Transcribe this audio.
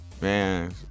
Man